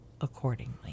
accordingly